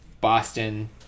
Boston